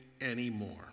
anymore